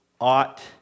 ought